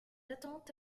attente